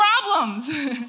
problems